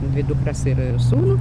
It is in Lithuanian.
dvi dukras ir sūnų